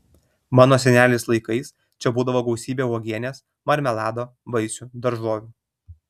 mano senelės laikais čia būdavo gausybė uogienės marmelado vaisių daržovių